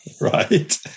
Right